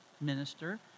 minister